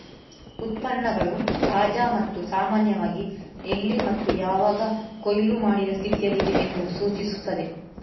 ಉತ್ಪನ್ನಗಳು ತಾಜಾ ಮತ್ತು ಸಾಮಾನ್ಯವಾಗಿ ಎಲ್ಲಿ ಮತ್ತು ಯಾವಾಗ ಕೊಯ್ಲು ಮಾಡಿದ ಸ್ಥಿತಿಯಲ್ಲಿದೆ ಎಂದು ಸೂಚಿಸುತ್ತದೆ